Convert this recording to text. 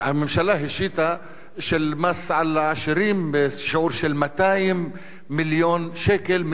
הממשלה השיתה מס על עשירים בשיעור של 200 מיליון שקל,